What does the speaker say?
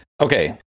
Okay